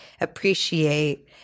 appreciate